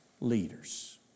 leaders